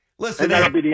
Listen